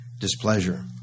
displeasure